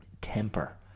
temper